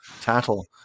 tattle